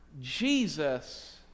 Jesus